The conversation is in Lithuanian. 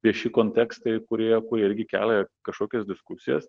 vieši kontekstai kurie irgi kelia kažkokias diskusijas